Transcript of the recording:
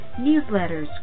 newsletters